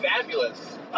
fabulous